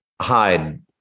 hide